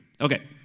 Okay